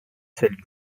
celle